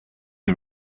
are